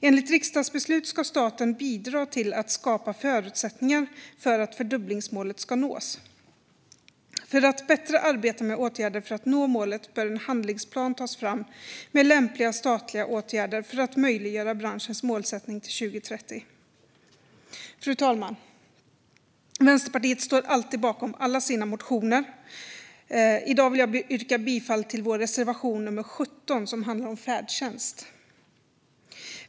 Enligt riksdagsbeslut ska staten bidra till att skapa förutsättningar för att fördubblingsmålet ska nås. För att bättre arbeta med åtgärder för att nå målet bör en handlingsplan tas fram med lämpliga statliga åtgärder för att möjliggöra branschens målsättning till 2030. Fru talman! Vänsterpartiet står alltid bakom alla sina motioner. I dag vill jag yrka bifall till vår reservation nummer 17, som handlar om färdtjänst.